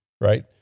right